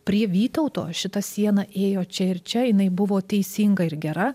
prie vytauto šita siena ėjo čia ir čia jinai buvo teisinga ir gera